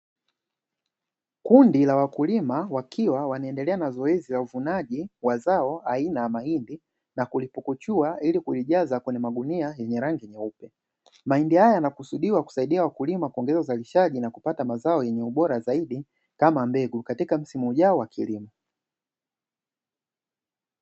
Kundi la wakulima wakiwa wanaendelea na zoezi la uvunaji wa zao aina mahindi na kulipukuchua ili kulijaza kwenye magunia yenye rangi nyeupe. mahindi haya yanakusudiwa kusaidia wakulima kuongeza uzalishaji na kupata mazao yenye ubora zaidi kama mbegu katika msimu ujao wa kilimo.